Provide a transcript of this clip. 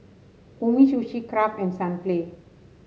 Umisushi Kraft and Sunplay